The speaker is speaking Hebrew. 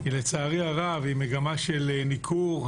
לצערי הרב, היא מגמה של ניכור.